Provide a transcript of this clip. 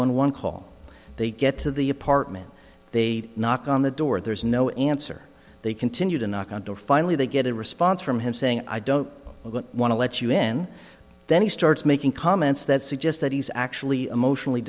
one one call they get to the apartment they knock on the door there's no answer they continue to knock on doors finally they get a response from him saying i don't want to let you in then he starts making comments that suggests that he's actually emotionally